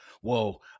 whoa